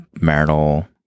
marital